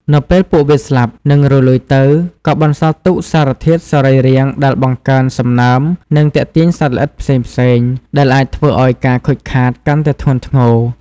នៅពេលពួកវាស្លាប់ និងរលួយទៅ ក៏បន្សល់ទុកសារធាតុសរីរាង្គដែលបង្កើនសំណើម និងទាក់ទាញសត្វល្អិតផ្សេងៗ ដែលអាចធ្វើឱ្យការខូចខាតកាន់តែធ្ងន់ធ្ងរ។